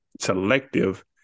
selective